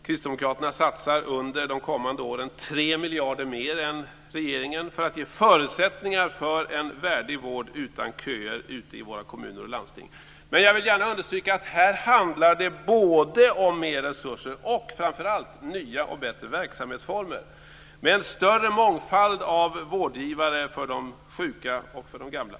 Kristdemokraterna satsar under de kommande åren 3 miljarder mer än regeringen för att ge förutsättningar för en värdig vård utan köer ute i våra kommuner och landsting. Men jag vill gärna understryka att här handlar det både om mer resurser och framför allt nya och bättre verksamhetsformer med en större mångfald av vårdgivare för de sjuka och gamla.